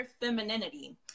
femininity